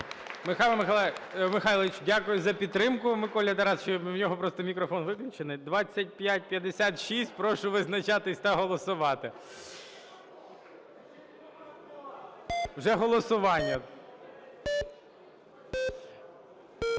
Михайло Михайлович, дякую за підтримку Миколі Тарасовичу, в нього просто мікрофон виключений. 2556 – прошу визначатись та голосувати. Вже голосування.